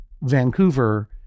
Vancouver